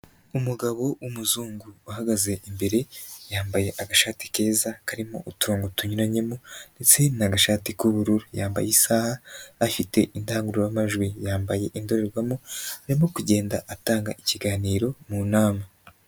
Umugabo w'umuzungu uhagaze imbere, yambaye agashati keza, karimo uturongo tunyuranyemo ndetse ni agashati k'ubururu, yambaye isaha, afite indangururamajwi, yambaye indorerwamo, arimo kugenda atanga ikiganiro mu nama.